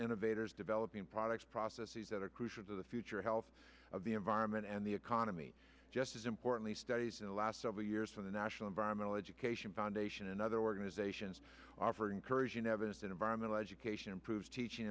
innovators developing products processes that are crucial to the future health of the environment and the economy just as importantly studies in the last several years from the national environmental education foundation and other organizations offering courage unevidenced in environmental education improve teaching